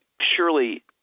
surely